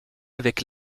avec